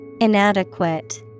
Inadequate